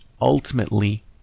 ultimately